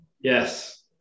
Yes